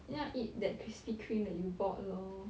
then I eat that Krispy Kreme that you bought lor